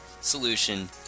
solution